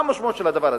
מה המשמעות של הדבר הזה?